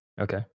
Okay